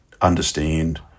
understand